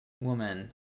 woman